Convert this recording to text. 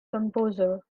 composer